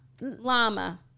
Llama